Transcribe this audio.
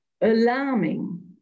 Alarming